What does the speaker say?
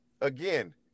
Again